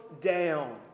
down